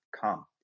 come